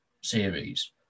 series